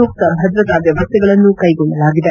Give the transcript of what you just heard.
ಸೂಕ್ತ ಭದ್ರತಾ ವ್ಯವಸ್ಥೆಗಳನ್ನು ಕೈಗೊಳ್ಳಲಾಗಿದೆ